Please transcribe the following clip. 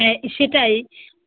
হ্যাঁ সেটাই